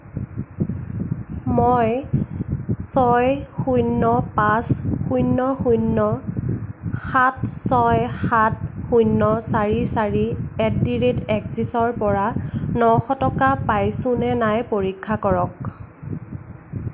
মই ছয় শূন্য পাঁচ শূন্য শূন্য সাত ছয় সাত শূণ্য় চাৰি চাৰি এট দি ৰেট এক্সিছৰ পৰা নশ টকা পাইছোনে নাই পৰীক্ষা কৰক